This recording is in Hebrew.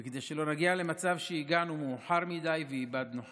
כדי שלא נגיע למצב שהגענו מאוחר מדי ואיבדנו חיים.